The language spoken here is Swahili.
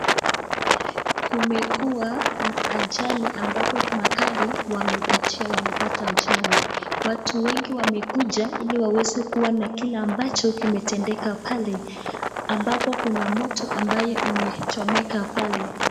Kumekuwa na ajali ambapo magari wamepata ajali. Watu wengi wamekuja ili waweze kuona kile ambacho kimetendeka pale ambapo kuna moto ambayo imechomeka pale.